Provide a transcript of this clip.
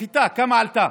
החיטה, כמה עלתה